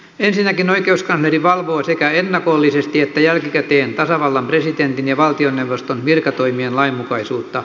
ensinnäkin oikeuskansleri valvoo sekä ennakollisesti että jälkikäteen tasavallan presidentin ja valtioneuvoston virkatoimien lainmukaisuutta